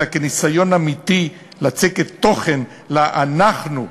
אלא כניסיון אמיתי לצקת תוכן ל"אנחנו",